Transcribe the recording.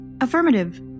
Affirmative